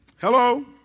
Hello